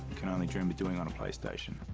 can only dream of doing on a playstation.